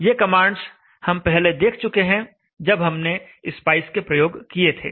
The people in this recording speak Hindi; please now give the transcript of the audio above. ये कमांड्स हम पहले देख चुके हैं जब हमने स्पाइस के प्रयोग किए थे